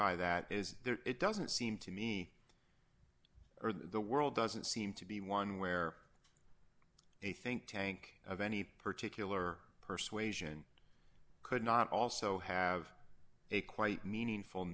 by that is it doesn't seem to me the world doesn't seem to be one where a think tank of any particular persuasion could not also have a quite meaningful